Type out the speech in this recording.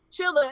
Chilla